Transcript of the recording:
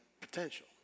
potential